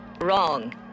Wrong